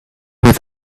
with